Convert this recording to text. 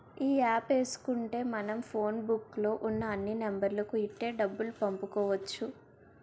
ఈ యాప్ ఏసుకుంటే మనం ఫోన్ బుక్కు లో ఉన్న అన్ని నెంబర్లకు ఇట్టే డబ్బులు పంపుకోవచ్చు